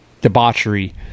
debauchery